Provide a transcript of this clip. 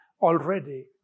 already